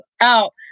out